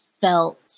felt